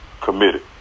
committed